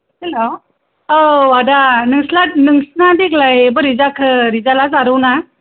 hello औ आदा नोंसिना देग्लाय बोरै जाखो रिजाल्ट आ जारौना